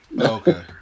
Okay